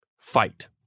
fight